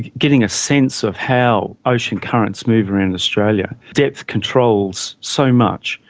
getting a sense of how ocean currents move around australia. depth controls so much,